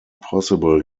possible